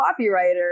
copywriter